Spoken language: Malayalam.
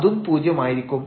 അതും പൂജ്യമായിരിക്കും